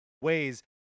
ways